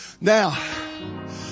Now